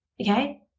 Okay